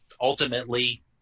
ultimately